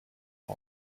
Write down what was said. fog